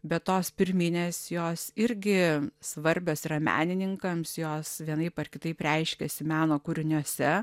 bet tos pirminės jos irgi svarbios yra menininkams jos vienaip ar kitaip reiškiasi meno kūriniuose